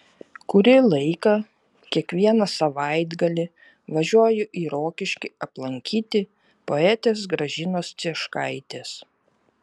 kurį laiką kiekvieną savaitgalį važiuoju į rokiškį aplankyti poetės gražinos cieškaitės